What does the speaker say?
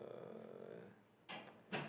uh